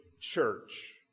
church